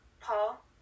Paul